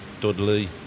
Dudley